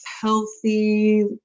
healthy